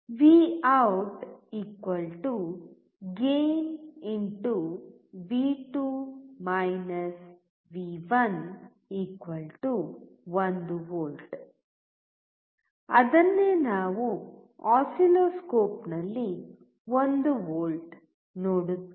V out ಲಾಭ V two V one 1 V Voutgain1V ಅದನ್ನೇ ನಾವು ಆಸಿಲ್ಲೋಸ್ಕೋಪ್ನಲ್ಲಿ 1 ವೋಲ್ಟ್ ನೋಡುತ್ತೇವೆ